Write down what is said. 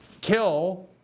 kill